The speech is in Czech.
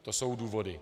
To jsou důvody.